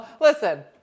Listen